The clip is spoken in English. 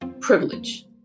privilege